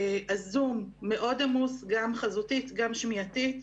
הזום מאוד עמוס גם חזותית גם שמיעתית,